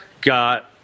got